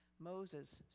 Moses